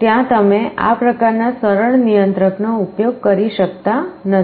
ત્યાં તમે આ પ્રકારના સરળ નિયંત્રકનો ઉપયોગ કરી શકતા નથી